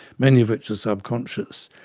many of which are subconscious.